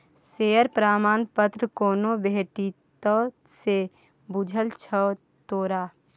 Share प्रमाण पत्र कोना भेटितौ से बुझल छौ तोरा?